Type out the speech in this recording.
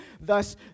thus